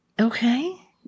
Okay